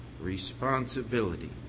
responsibility